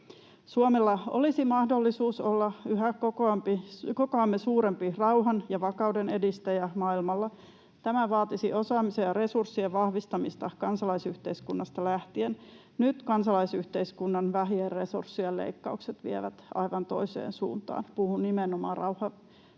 Suomella olisi mahdollisuus olla yhä kokoamme suurempi rauhan ja vakauden edistäjä maailmalla. Tämä vaatisi osaamisen ja resurssien vahvistamista kansalaisyhteiskunnasta lähtien. Nyt kansalaisyhteiskunnan vähien resurssien leikkaukset vievät aivan toiseen suuntaan, puhun nimenomaan rauhantyöstä